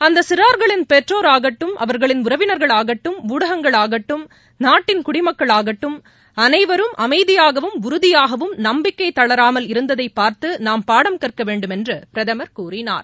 அந்தசிறார்களின் பெற்றோர் ஆகட்டும் அவர்களின் உறவினர்களாகட்டும் ஊடகங்களாகட்டும் நாட்டின் குடிமக்களாகட்டும் அனைவரும் அமைதியாகவும் உறுதியாகவும் நம்பிக்கைதளராமல் இருந்ததைப் பார்த்துநாம் பாடம் கற்கவேண்டும் என்றுபிரதமர் கூறினார்